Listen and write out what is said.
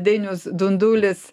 dainius dundulis